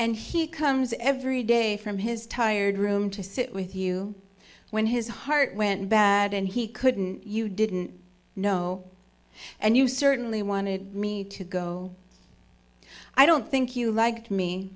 and he comes every day from his tired room to sit with you when his heart went bad and he couldn't you didn't know and you certainly wanted me to go i don't think you liked me